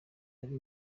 ari